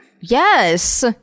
Yes